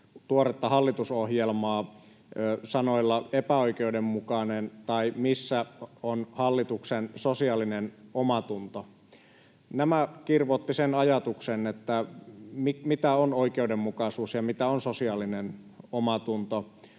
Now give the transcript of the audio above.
tuoretta hallitusohjelmaa sanoilla ”epäoikeudenmukainen” tai ”missä on hallituksen sosiaalinen omatunto”. Nämä kirvoittivat sen ajatuksen, mitä on oikeudenmukaisuus ja mitä on sosiaalinen omatunto.